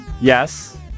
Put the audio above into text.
Yes